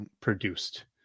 produced